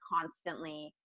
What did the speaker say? constantly